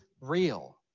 real